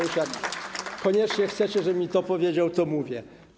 Jak koniecznie chcecie, żebym i to powiedział, to mówię.